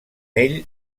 ell